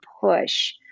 push